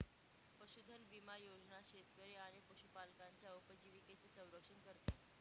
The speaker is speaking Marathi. पशुधन विमा योजना शेतकरी आणि पशुपालकांच्या उपजीविकेचे संरक्षण करते